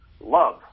love